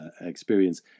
experience